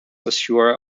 azure